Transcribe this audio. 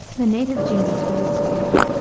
the native genius was at school,